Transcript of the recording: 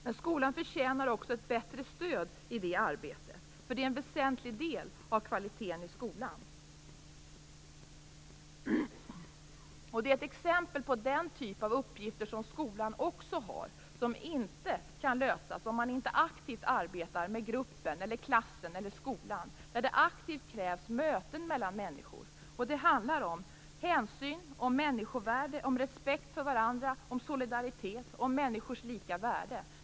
Men skolan förtjänar också ett bättre stöd i det arbetet. Det är en väsentlig del av kvaliteten i skolan. Det är ett exempel på den typ av uppgifter som skolan också har och som inte kan lösas om man inte aktivt arbetar med gruppen, klassen eller skolan. Där krävs det möten mellan människor. Det handlar om hänsyn, människovärde, respekt för varandra, solidaritet och människors lika värde.